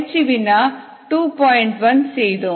1 செய்தோம்